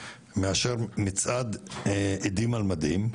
מאשר מצעד עדים במדים,